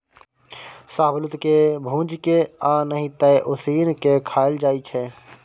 शाहबलुत के भूजि केँ आ नहि तए उसीन के खाएल जाइ छै